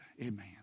Amen